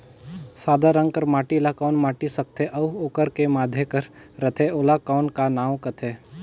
सादा रंग कर माटी ला कौन माटी सकथे अउ ओकर के माधे कर रथे ओला कौन का नाव काथे?